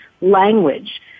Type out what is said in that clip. language